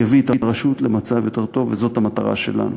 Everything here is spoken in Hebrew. יביא את הרשות למצב יותר טוב, וזאת המטרה שלנו.